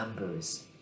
numbers